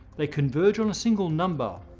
they converge on a single number.